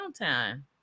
downtime